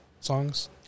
songs